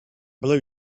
blue